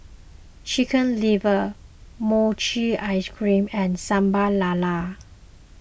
Chicken Liver Mochi Ice Cream and Sambal Lala